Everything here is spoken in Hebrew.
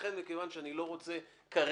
לכן, כיוון שאני לא רוצה להכריע